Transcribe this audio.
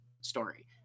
story